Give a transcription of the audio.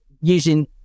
using